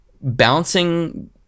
bouncing